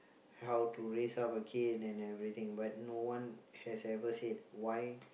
how to raise up and kid and everything but no one has ever said why